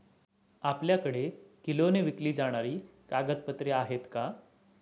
आपल्याकडे किलोने विकली जाणारी कागदपत्रे आहेत का?